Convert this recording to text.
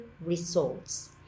results